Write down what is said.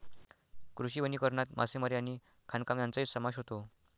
कृषी वनीकरणात मासेमारी आणि खाणकाम यांचाही समावेश होतो